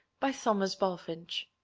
by thomas bulfinch